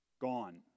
gone